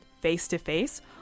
face-to-face